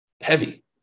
heavy